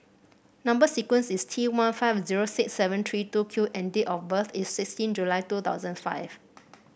number sequence is T one five zero six seven three two Q and date of birth is sixteen July two thousand five